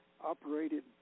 operated